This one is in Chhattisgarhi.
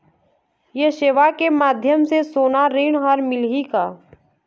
ये सेवा के माध्यम से सोना ऋण हर मिलही का?